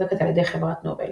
מתוחזקת על ידי חברת נובל.